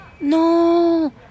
non